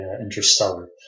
Interstellar